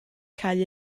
cau